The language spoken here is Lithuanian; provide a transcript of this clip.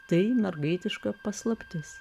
tai mergaitiška paslaptis